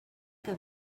que